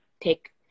take